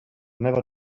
never